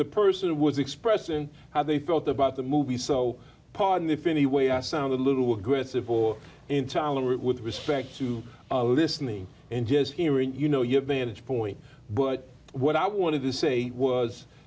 the person was expressing how they felt about the movie so pardon if anyway i sound a little aggressive or intolerant with respect to listening and just hearing you know you have managed point but what i wanted to say was